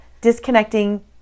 disconnecting